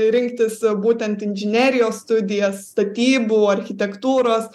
rinktis būtent inžinerijos studijas statybų architektūros